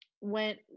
went